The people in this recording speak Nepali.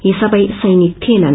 यी सबे सैनिक थिएननु